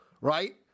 Right